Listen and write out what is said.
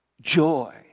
joy